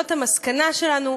זאת המסקנה שלנו,